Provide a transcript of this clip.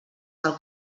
del